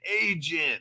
agent